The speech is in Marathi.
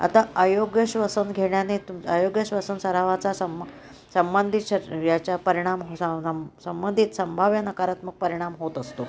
आता अयोग्य श्वसन घेण्याने तुम अयोग्य श्वसन सरावाचा संम संबंधित श याचा परिणाम हो सा संबंधित संभाव्य नकारात्मक परिणाम होत असतो